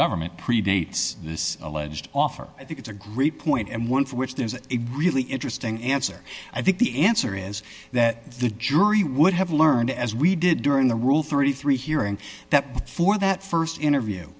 government predates this alleged offer i think it's a great point and one for which there is a really interesting answer i think the answer is that the jury would have learned as we did during the rule thirty three hearing that for that st interview